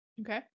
Okay